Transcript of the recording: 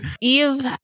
Eve